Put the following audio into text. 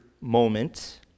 moment